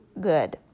good